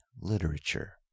Literature